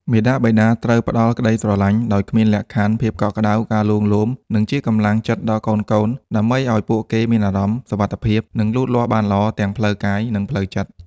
មាតាបិតាត្រូវផ្ដល់ក្ដីស្រឡាញ់ដោយគ្មានលក្ខខណ្ឌ ភាពកក់ក្ដៅ ការលួងលោម និងជាកម្លាំងចិត្តដល់កូនៗ ដើម្បីឲ្យពួកគេមានអារម្មណ៍សុវត្ថិភាព និងលូតលាស់បានល្អទាំងផ្លូវកាយ និងផ្លូវចិត្ត។